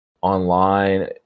online